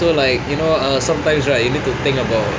so like you know ah sometimes right you need to think about